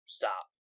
stop